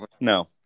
No